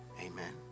amen